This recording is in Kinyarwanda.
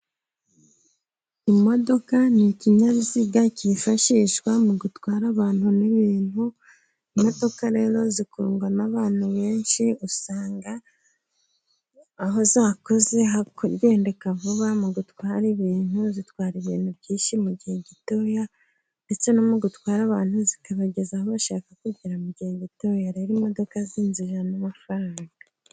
Imodoka ni ikinyabiziga cyifashishwa mu gutwara abantu n'ibintu, imodoka rero zikundwa n'abantu benshi, usanga aho zakoze hagendeka vuba mu gutwara ibintu, zitwara ibintu byinshi mu gihe gitoya ndetse no mu gutwara abantu zikabageza aho bashaka kugera mu gihe gitoya, rero imodoka zinjiza n'amafaranga.